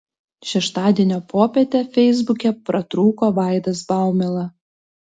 šeštadienio popietę feisbuke pratrūko vaidas baumila